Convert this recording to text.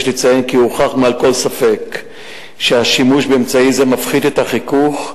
יש לציין כי הוכח מעל לכל ספק שהשימוש באמצעי זה מפחית את החיכוך,